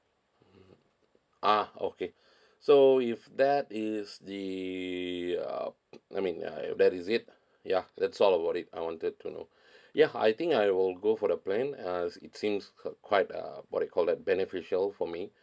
ah okay so if that is the uh I mean ya if that is it ya that's all about it I wanted to know ya I think I will go for the plan uh it seems q~ quite uh what you call that beneficial for me